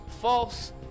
false